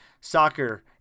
soccer